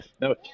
No